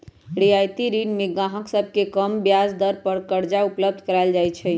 रियायती ऋण में गाहक सभके कम ब्याज दर पर करजा उपलब्ध कराएल जाइ छै